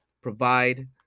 provide